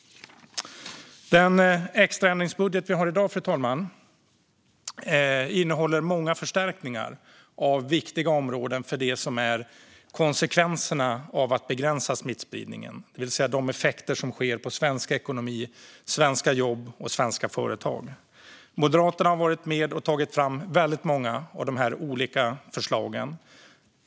Den extra ändringsbudget som vi har i dag innehåller många förstärkningar av viktiga områden för det som är konsekvenserna av att begränsa smittspridningen, det vill säga effekterna för svensk ekonomi, svenska jobb och svenska företag. Moderaterna har varit med och tagit fram väldigt många av de här olika förslagen.